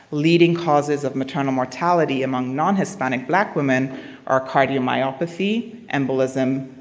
leading causes of maternal mortality among non-hispanic black women are cardiomyopathy, embolism,